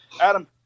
Adam